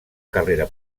carrera